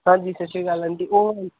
ਹਾਂਜੀ ਸਤਿ ਸ਼੍ਰੀ ਅਕਾਲ ਆਂਟੀ ਉਹ